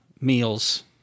meals